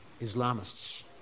Islamists